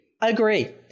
Agree